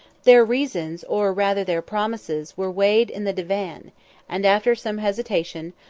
their reasons, or rather their promises, were weighed in the divan and, after some hesitation,